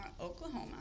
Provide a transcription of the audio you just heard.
Oklahoma